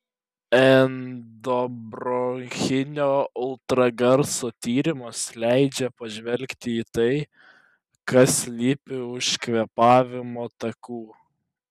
endobronchinio ultragarso tyrimas leidžia pažvelgti į tai kas slypi už kvėpavimo takų